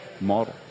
model